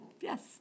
Yes